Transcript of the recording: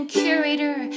curator